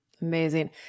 Amazing